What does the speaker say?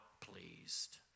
pleased